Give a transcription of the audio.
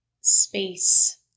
space